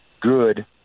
good